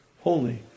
holy